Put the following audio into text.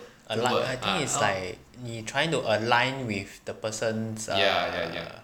no lah I think is like 你 trying to align with the person's err